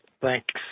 Thanks